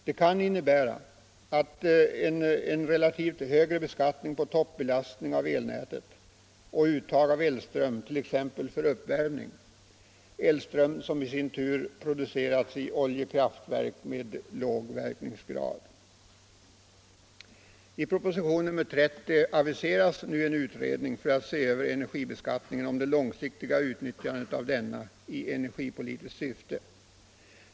Det kan innebära en relativt högre beskattning på toppbelastning av elnätet och uttag av elström, t.ex. för uppvärmning, elström som i sin tur producerats i oljekraftverk med låg verkningsgrad. I propositionen 30 aviseras nu en utredning för att se över energibeskattningen och det långsiktiga utnyttjandet av denna i energipolitiskt syfte.